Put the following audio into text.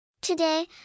Today